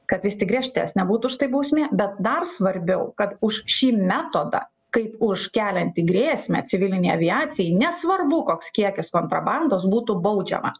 kad vis tik griežtesnė būtų už tai bausmė bet dar svarbiau kad už šį metodą kaip už keliantį grėsmę civilinei aviacijai nesvarbu koks kiekis kontrabandos būtų baudžiama